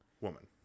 woman